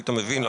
היית מבין.